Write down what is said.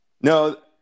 no